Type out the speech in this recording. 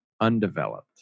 undeveloped